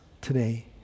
today